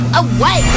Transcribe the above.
away